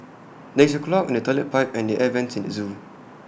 there is A clog in the Toilet Pipe and the air Vents at the Zoo